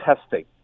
testing